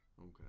Okay